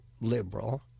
liberal